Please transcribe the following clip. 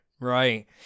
right